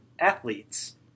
athletes